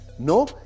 No